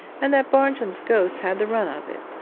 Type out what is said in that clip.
and that barnjum's ghost had the run of it.